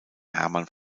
hermann